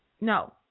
No